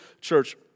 church